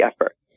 effort